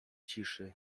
ciszy